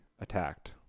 attacked